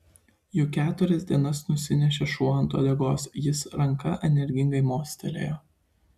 juk keturias dienas nusinešė šuo ant uodegose jis ranka energingai mostelėjo